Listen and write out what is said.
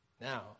Now